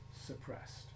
suppressed